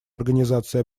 организацией